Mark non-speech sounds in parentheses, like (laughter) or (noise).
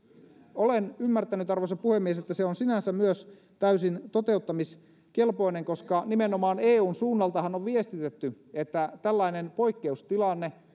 olen ymmärtänyt arvoisa puhemies että se on sinänsä myös täysin toteuttamiskelpoinen koska nimenomaan eun suunnaltahan on viestitetty että tällainen poikkeustilanne (unintelligible)